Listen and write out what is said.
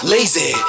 Lazy